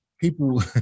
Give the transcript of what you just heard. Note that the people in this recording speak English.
people